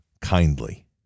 kindly